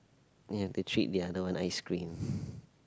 you have to treat the other one ice cream